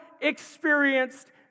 experienced